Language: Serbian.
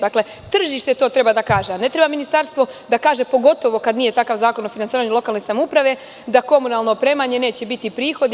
Dakle, tržište to treba da kaže, a ne treba Ministarstvo da kaže, pogotovo kad nije takav Zakon o finansiranju lokalne samouprave, da komunalno opremanje neće biti prihodi.